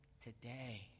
today